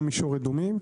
גם מישור אדומים.